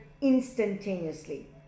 instantaneously